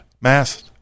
mass